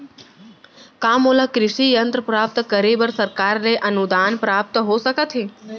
का मोला कृषि यंत्र प्राप्त करे बर सरकार से अनुदान प्राप्त हो सकत हे?